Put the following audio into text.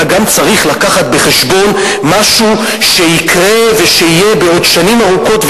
אלא גם צריך להביא בחשבון משהו שיקרה ושיהיה בעוד שנים ארוכות,